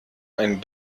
ein